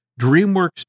DreamWorks